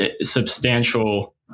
substantial